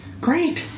Great